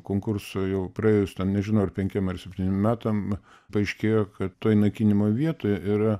konkurso jau praėjus ten nežinau ar penkiem ar septyniem metam paaiškėjo kad toj naikinimo vietoje yra